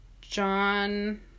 John